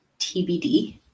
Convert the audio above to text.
TBD